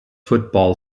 football